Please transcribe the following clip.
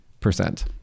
percent